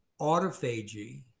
autophagy